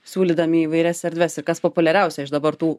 siūlydami įvairias erdves ir kas populiariausia iš dabar tų